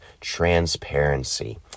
transparency